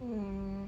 mm